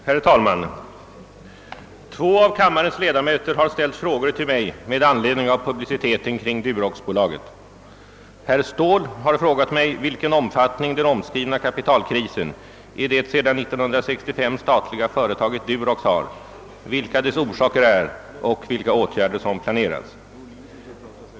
Herr talman! Två av kammarens ledamöter har ställt frågor till mig med anledning av publiciteten kring Duroxbolaget. Herr Ståhl har frågat mig vilken omfattning den omskrivna kapitalkrisen i det sedan 1965 statliga företaget Durox har, vilka dess orsaker är och vilka åtgärder som planeras.